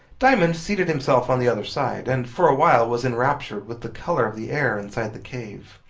diamond seated himself on the other side, and for a while was enraptured with the colour of the air inside the cave.